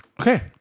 Okay